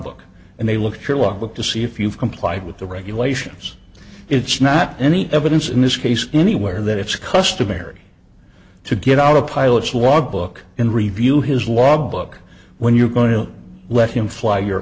book and they look at your log book to see if you've complied with the regulations it's not any evidence in this case anywhere that it's customary to get out a pilot's log book and review his log book when you're going to let him fly your